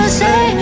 say